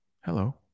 Hello